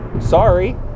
sorry